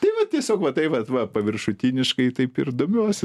tai vat tiesiog vat taip vat va paviršutiniškai taip ir domiuosi